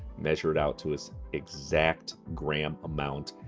measure it out to a exact gram amount.